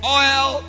oil